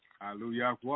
Hallelujah